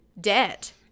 debt